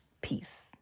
Peace